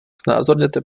znázorněte